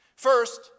First